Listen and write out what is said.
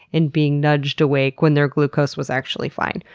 and being nudged awake when their glucose was actually fine.